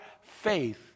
faith